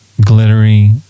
glittery